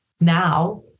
now